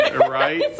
right